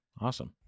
Awesome